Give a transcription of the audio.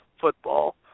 football